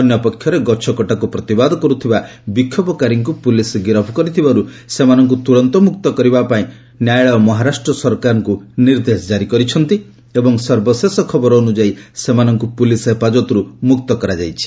ଅନ୍ୟପକ୍ଷରେ ଗଛକଟାକୁ ପ୍ରତିବାଦ କରୁଥିବା ବିକ୍ଷୋଭକାରୀଙ୍କୁ ପୁଲିସ୍ ଗିରଫ କରିଥିବାରୁ ସେମାନଙ୍କୁ ତୁରନ୍ତ ମୁକ୍ତ କରିବାପାଇଁ ନ୍ୟାୟାଳୟ ମହାରାଷ୍ଟ୍ର ସରକାରଙ୍କୁ ନିର୍ଦ୍ଦେଶ କାରି କରିଛନ୍ତି ଏବଂ ସର୍ବଶେଷ ଖବର ଅନୁଯାୟୀ ସେମାନଙ୍କୁ ପୁଲିସ୍ ହେଫାଜତ୍ରୁ ମୁକ୍ତ କରାଯାଇଛି